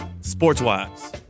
sports-wise